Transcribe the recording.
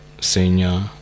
senior